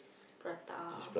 Prata